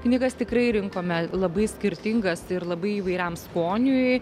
knygas tikrai rinkome labai skirtingas ir labai įvairiam skoniui